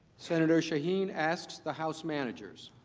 so and and so he and asked the house managers.